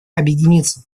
объединиться